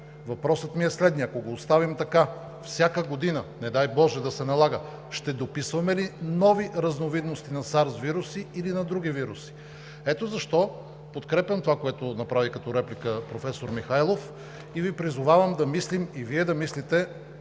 Въпросът ми е следният: ако го оставим така, всяка година – не дай боже, да се налага, ще дописваме ли нови разновидности на SARS вируси или на други вируси? Ето защо подкрепям това, което направи като реплика професор Михайлов, и Ви призовавам да мислим, и Вие да мислите,